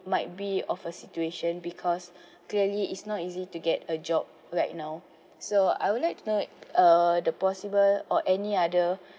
might be off a situation because clearly is not easy to get a job right now so I would like to uh the possible or any other